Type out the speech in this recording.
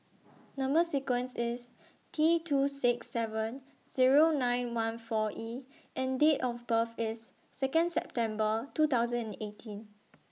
Number sequence IS T two six seven Zero nine one four E and Date of birth IS Second September two thousand and eighteen